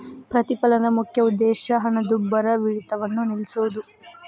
ಪ್ರತಿಫಲನದ ಮುಖ್ಯ ಉದ್ದೇಶ ಹಣದುಬ್ಬರವಿಳಿತವನ್ನ ನಿಲ್ಸೋದು